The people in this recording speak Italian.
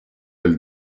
del